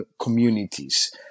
communities